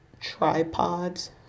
tripods